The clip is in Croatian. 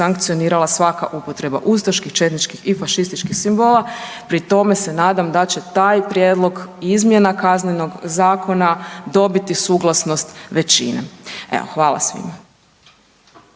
svaka upotreba ustaških, četničkih i fašističkih simbola. Pri tome se nadam da će taj prijedlog izmjena Kaznenog zakona dobiti suglasnost većine. Evo hvala svima.